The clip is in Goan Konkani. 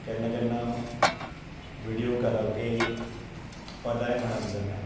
केन्ना केन्ना व्हिडीओ केराओके पदांय म्हणप जाता